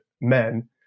men